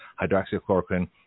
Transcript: hydroxychloroquine